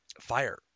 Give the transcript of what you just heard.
Fire